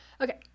Okay